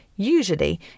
usually